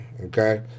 okay